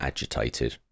Agitated